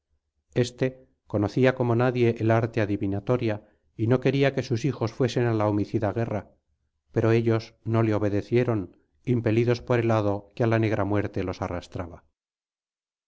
éste conocía como nadie el arte adivinatoria y no quería que sus hijos fuesen á la homicida guerra pero ellos no le obedecieron impelidos por el hado que á la negra muerte los arrastraba